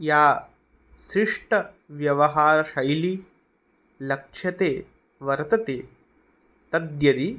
या शिष्टव्यवहारशैली लक्ष्यते वर्तते तद् यदि